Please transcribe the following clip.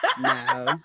No